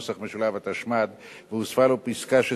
התשמ"ד 1984,